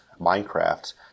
Minecraft